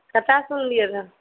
कतऽ सुनलियै रहऽ